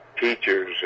Teachers